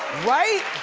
right?